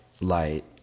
light